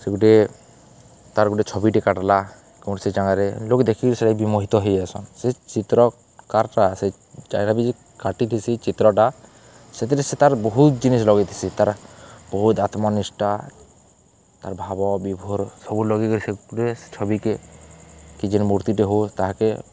ସେ ଗୁଟେ ତାର୍ ଗୁଟେ ଛବିଟେ କାଟ୍ଲା କୌଣସି ଜାଗାରେ ଲୋକ୍ ଦେଖିକରି ସେଟା ବିମୋହିତ ହେଇଯାଏସନ୍ ସେ ଚିତ୍ର କାର୍ଟା ସେ ଜାଗା ବି ଯେ କାଟିଥିସି ଚିତ୍ରଟା ସେଥିରେ ସେ ତାର୍ ବହୁତ୍ ଜିନିଷ୍ ଲଗେଇଥିସି ତାର୍ ବହୁତ୍ ଆତ୍ମନିଷ୍ଠା ତାର୍ ଭାବ ବିଭୋର ସବୁ ଲଗେଇକରି ସେ ଗୁଟେ ଛବିକେ କି ଯେନ୍ ମୂର୍ତ୍ତିଟେ ହଉ ତାହାକେ